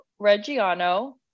Reggiano